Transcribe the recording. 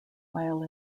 while